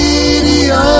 Radio